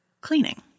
cleaning